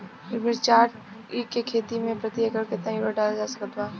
मिरचाई के खेती मे प्रति एकड़ केतना यूरिया डालल जा सकत बा?